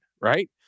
right